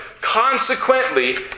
Consequently